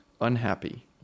unhappy